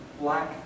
Black